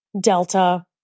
Delta